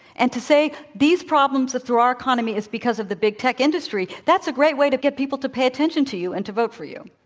and to say these problems through our economy is because of the big tech industry, that's a great way to get people to pay attention to you and to vote for you.